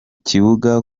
kibuga